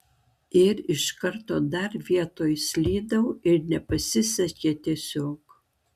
ir iš karto dar vietoj slydau ir nepasisekė tiesiog